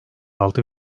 altı